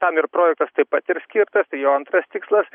tam ir projektas taip pat ir skirtas tai jo antras tikslas